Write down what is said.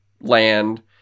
land